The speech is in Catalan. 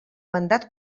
mandat